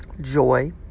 joy